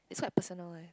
it's quite personal eh